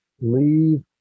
leave